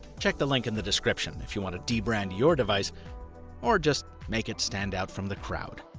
check the link in the description if you want to dbrand your device or just make it stand out from the crowd.